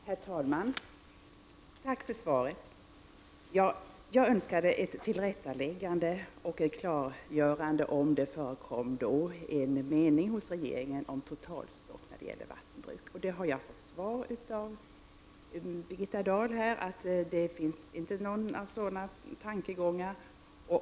Herr talman! Jag tackar för svaret. Jag önskade ett tillrättaläggande i det här sammanhanget och ett klargörande av om det vid den aktuella tidpunkten fanns en mening hos regeringen att ha ett totalstopp när det gäller vattenbruk. Jag har fått svar från Birgitta Dahl. Några sådana tankar har man inte.